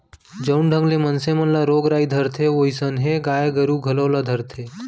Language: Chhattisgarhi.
जउन ढंग ले मनसे मन ल रोग राई धरथे वोइसनहे गाय गरू घलौ ल धरथे